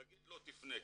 להגיד לו "תפנה".